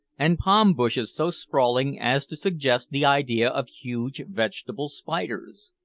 and palm-bushes so sprawling as to suggest the idea of huge vegetable spiders.